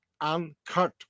Uncut